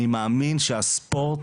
אני מאמין שהספורט,